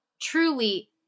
truly